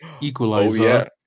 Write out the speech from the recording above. equalizer